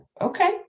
okay